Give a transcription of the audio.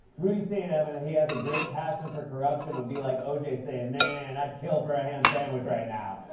rudy saying um and he has a great passion for corruption would be like o j. saying, man, i'd kill for a ham sandwich right now.